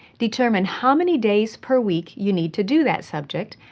determine how many days per week you need to do that subject,